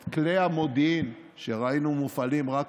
את כלי המודיעין שראינו מופעלים רק